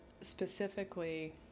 specifically